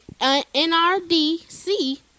NRDC